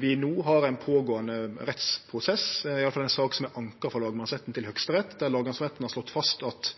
vi no har ein pågåande rettsprosess, i alle fall ei sak som er anka frå lagmannsretten til høgsterett, der lagmannsretten har slått fast at